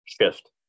shift